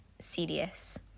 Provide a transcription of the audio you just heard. serious